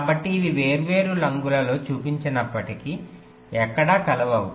కాబట్టి అవి వేర్వేరు రంగులలో చూపించినప్పటికీ ఎక్కడా కలవవు